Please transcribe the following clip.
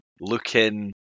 looking